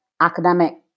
academic